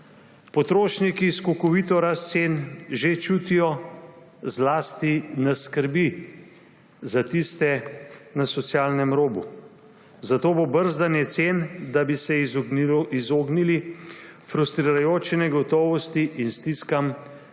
Potrošniki skokovito rast cen že čutijo, zlasti nas skrbi za tiste na socialnem robu, zato bo brzdanje cen, da bi se izognili frustrirajoči negotovosti in stiskam, naša